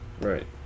Right